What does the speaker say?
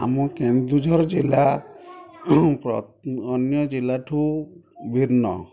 ଆମ କେନ୍ଦୁଝର ଜିଲ୍ଲା ଅନ୍ୟ ଜିଲ୍ଲାଠୁ ଭିନ୍ନ